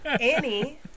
Annie